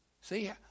See